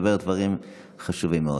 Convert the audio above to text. היא מדברת דברים חשובים מאוד.